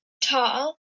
tall